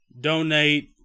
donate